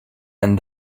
and